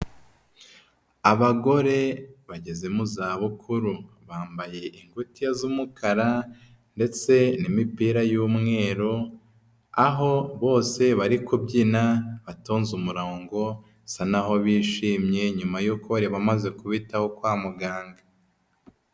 Abagore bageze mu za bukuru bambaye inguke z'umukara